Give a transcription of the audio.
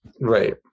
Right